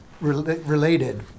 related